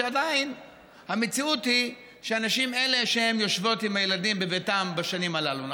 שעדיין המציאות היא שהנשים הן שיושבות עם הילדים בביתן בשנים הללו.